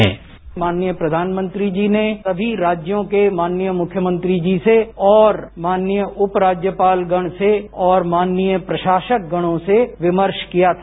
bite माननीय प्रधानमंत्री जी ने सभी राज्यों के माननीय मुख्यमंत्री जी से और माननीय उपराज्यपालगण से और माननीय प्रशासकगणों से विमर्श किया था